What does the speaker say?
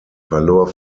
verlor